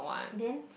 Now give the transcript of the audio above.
then